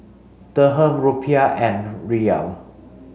Dirham Rupiah and Riyal